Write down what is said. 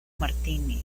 martínez